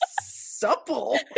Supple